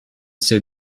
sais